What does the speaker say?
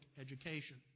education